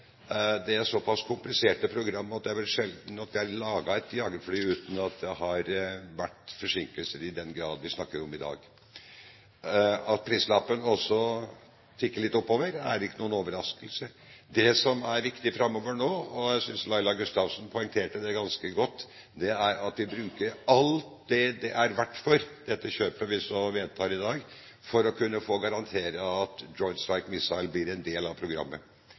Det er såpass kompliserte programmer at det vel er sjelden at det er laget et jagerfly uten at det har vært forsinkelser i den grad vi snakker om i dag. At prislappen også tikker litt oppover, er ikke noen overraskelse. Det som nå er viktig framover, og jeg synes Laila Gustavsen poengterte det ganske godt, er at vi bruker det kjøpet vi vedtar i dag, for alt det er verdt, for å kunne få garanti for at Joint Strike Missile blir en del av programmet